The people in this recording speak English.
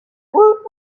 woot